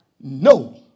no